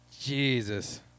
jesus